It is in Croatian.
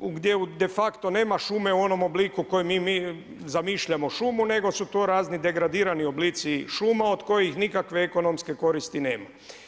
gdje de facto nema šume u onome obliku u kojem mi zamišljamo šumu nego su to razni degradirani oblici šume od kojih nikakve ekonomske koristi nema.